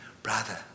Brother